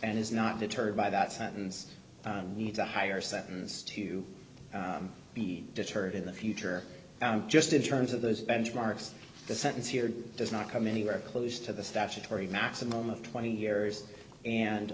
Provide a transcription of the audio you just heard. and is not deterred by that sentence need to hire sentence to be deterred in the future just in terms of those benchmarks the sentence here does not come anywhere close to the statutory maximum of twenty years and